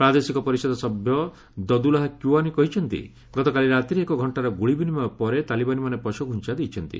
ପ୍ରାଦେଶିକ ପରିଷଦ ସଭ୍ୟ ଦଦୁଲାହା କ୍ୟୁଆନି କହିଛନ୍ତି ଗତକାଲି ରାତିରେ ଏକ ଘକ୍ଷାର ଗୁଳି ବିନିମୟ ପରେ ତାଲିବାନୀମାନେ ପଛଘୁଞ୍ଜା ଦେଇଛନ୍ତି